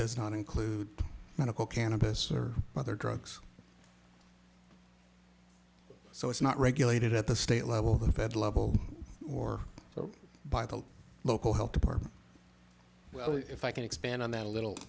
does not include medical cannabis or other drugs so it's not regulated at the state level the fed level or by the local health department well if i can expand on that a little